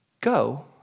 Go